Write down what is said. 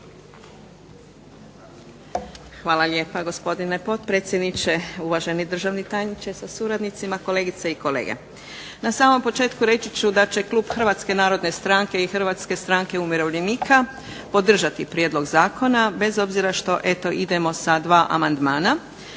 Hvala lijepa. Gospodine potpredsjedniče, uvaženi državni tajniče sa suradnicima, kolegice i kolege. Na samom početku reći ću da će klub Hrvatske narodne stranke i Hrvatske stranke umirovljenika podržati prijedlog zakona, bez obzira što eto idemo sa dva amandmana,